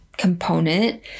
component